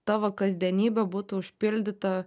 tavo kasdienybė būtų užpildyta